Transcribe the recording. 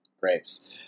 Grapes